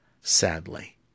sadly